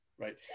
Right